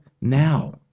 now